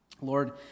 Lord